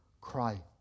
cry